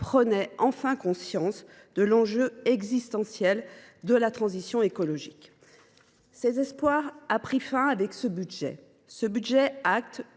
prenait enfin conscience de l’enjeu existentiel de la transition écologique. Cet espoir a pris fin avec ce budget, qui acte